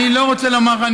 אני לא רוצה לומר לך,